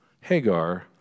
Hagar